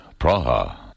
Praha